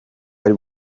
ari